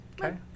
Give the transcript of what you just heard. Okay